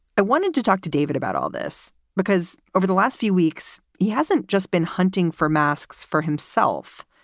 i wanted to talk to david about all this because over the last few weeks, he hasn't just been hunting for masks for himself.